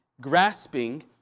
grasping